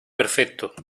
perfecto